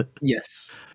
Yes